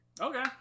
Okay